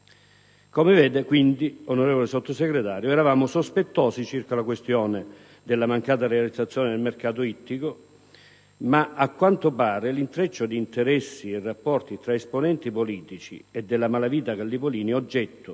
Come vede, quindi, onorevole Sottosegretario, eravamo sospettosi circa la questione della mancata realizzazione del mercato ittico, ma a quanto pare l'intreccio di interessi e rapporti tra esponenti politici e della malavita gallipolini, oggetto